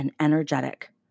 Energetic